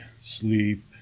Sleep